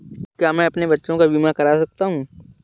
क्या मैं अपने बच्चों का बीमा करा सकता हूँ?